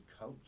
coach